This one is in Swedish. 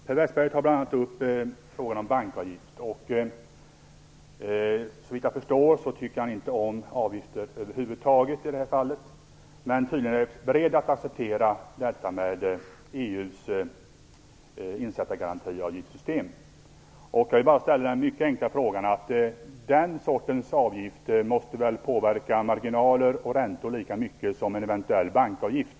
Herr talman! Per Westerberg tar bl.a. upp frågan om bankavgift. Såvitt jag förstår tycker han inte om avgifter över huvud taget i detta fall, men är tydligen beredd att acceptera EU:s insättargarantiavgiftssystem. Den sortens avgifter måste väl påverka marginaler och räntor lika mycket som en eventuell bankavgift?